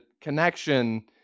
connection